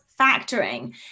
factoring